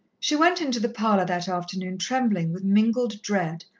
she went into the parlour that afternoon trembling with mingled dread,